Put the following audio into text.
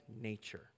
nature